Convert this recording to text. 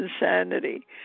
insanity